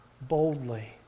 boldly